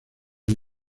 uno